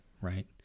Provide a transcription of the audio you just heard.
right